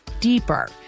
deeper